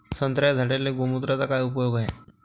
संत्र्याच्या झाडांले गोमूत्राचा काय उपयोग हाये?